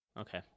Okay